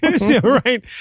right